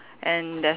and there's